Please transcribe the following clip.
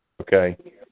Okay